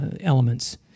elements